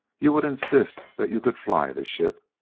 you would insist that you could fly the ship!